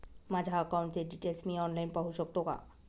माझ्या अकाउंटचे डिटेल्स मी ऑनलाईन पाहू शकतो का?